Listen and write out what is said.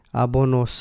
abono